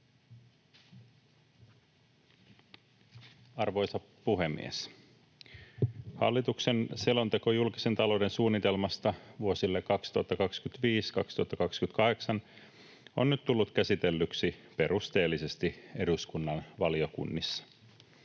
Arvoisa puhemies! Hallituksen selonteko julkisen talouden suunnitelmasta vuosille 2025—2028 on nyt tullut käsitellyksi perusteellisesti eduskunnan valiokunnissa.